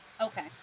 Okay